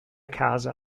casa